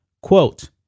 Quote